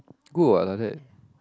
good what like that